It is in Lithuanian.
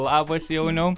labas jauniau